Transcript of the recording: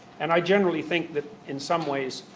and i generally think that in some ways,